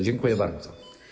Dziękuję bardzo.